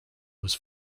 was